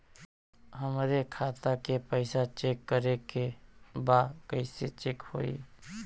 हमरे खाता के पैसा चेक करें बा कैसे चेक होई?